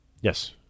Yes